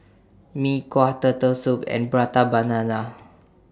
Mee Kuah Turtle Soup and Prata Banana